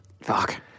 Fuck